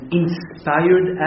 inspired